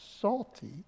salty